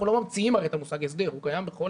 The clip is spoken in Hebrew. אנחנו הרי לא ממציאים את המושג הסדר אלא הוא קיים בכל